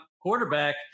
quarterback